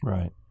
Right